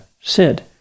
Sid